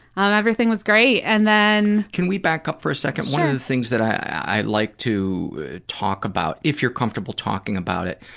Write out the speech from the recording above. um everything was great and then can we back up for a second? one of the things that i like to talk about, if you're comfortable talking about it,